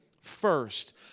first